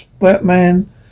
Batman